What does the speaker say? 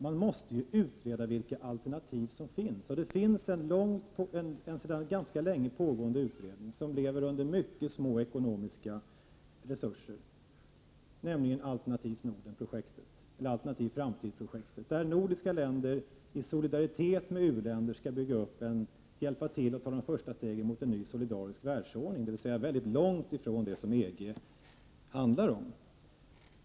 Man måste ju utreda vilka alternativ som finns. Det finns sedan länge en pågående utredning som lever under mycket små ekonomiska resurser, nämligen projektet Alternativt Norden. De nordiska länderna skall i solidaritet med u-länderna hjälpa till att ta de första stegen mot en ny solidarisk världsordning, alltså något som ligger mycket långt ifrån det som EG handlar om.